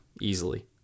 easily